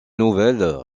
nouvelles